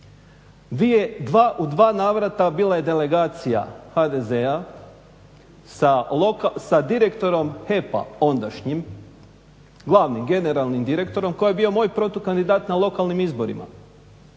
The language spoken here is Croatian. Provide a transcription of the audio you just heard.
U dva navrata bila je delegacija HDZ-a sa direktorom HEP-a ondašnjim, glavnim, generalnim direktorom koji je bio moj protukandidat na lokalnim izborima.